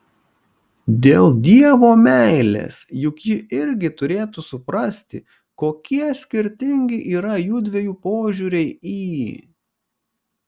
dėl dievo meilės juk ji irgi turėtų suprasti kokie skirtingi yra jųdviejų požiūriai į